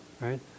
right